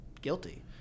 Guilty